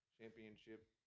Championship